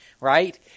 right